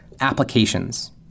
applications